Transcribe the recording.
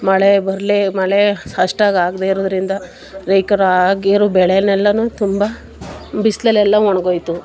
ಮಳೆ ಬರಲಿ ಮಳೆ ಅಷ್ಟಾಗಿ ಆಗದೇ ಇರೋದರಿಂದ ರೈತರು ಆಗಿರೊ ಬೆಳೆಯೆಲ್ಲನೂ ತುಂಬ ಬಿಸಿಲಲ್ಲೆಲ್ಲ ಒಣಗಿ ಹೋಯ್ತು